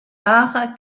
par